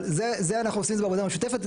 אבל את זה אנחנו עושים בעבודה משותפת,